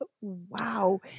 wow